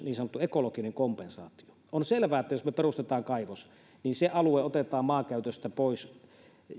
niin sanottu ekologinen kompensaatio on selvää että jos me perustamme kaivoksen niin se alue otetaan muusta maankäytöstä pois